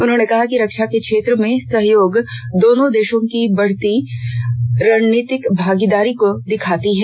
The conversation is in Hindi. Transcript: उन्होंने कहा कि रक्षा के क्षेत्र में सहयोग दोनों देशों के बीच बढ़ती रणनीतिक भागीदारी को दिखाता है